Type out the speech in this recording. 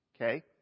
okay